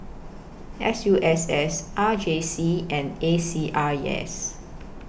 S U SS R J C and A C R E S